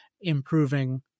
improving